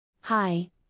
Hi